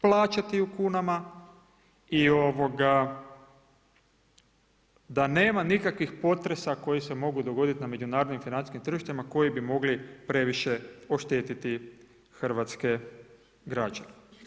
Plaćati u kunama i da nema nikakvih potresa koji se mogu dogoditi na međunarodnim financijskih tržištima koji bi mogli previše oštetiti hrvatske građane.